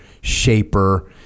shaper